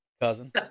cousin